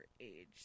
age